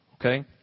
okay